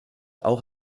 auch